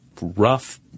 rough